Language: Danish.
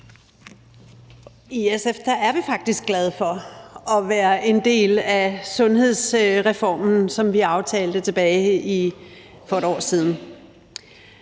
I SF er vi faktisk glade for at være en del af sundhedsreformen, som vi aftalte for et år siden,